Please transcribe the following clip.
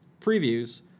previews